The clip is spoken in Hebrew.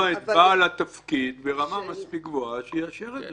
את בעל התפקיד ברמה מספיק גבוהה שיאשר את זה.